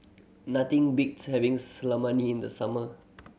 nothing beats having Salami in the summer